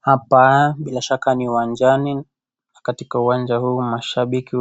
Hapa bila shaka ni uwanjani, na katika uwanja huu mashabiki